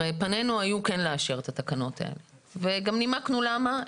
פנינו היו כן לאשר את התקנות האלה וגם נימקנו למה.